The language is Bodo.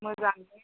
मोजां